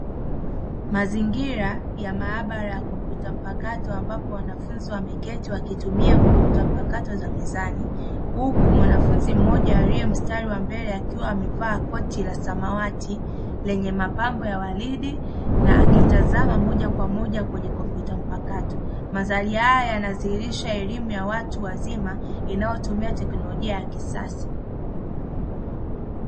Mazingira ya maabara ya kompyuta mpakato, ambapo wanafunzi wameketi wakitumia kompyuta mpakato za mezani. Huku mwanafunzi mmoja aliye mstari wa mbele akiwa amevaa koti la samawati, lenye mapambo ya waridi na akitazama moja kwa moja kwenye kompyuta mpakato. Mandhari haya yanadhihirisha elimu ya watu wazima inayotumia teknolojia ya kisasa.